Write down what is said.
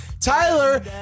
Tyler